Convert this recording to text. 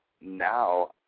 now